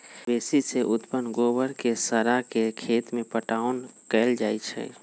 मवेशी से उत्पन्न गोबर के सड़ा के खेत में पटाओन कएल जाइ छइ